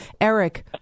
Eric